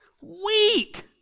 Weak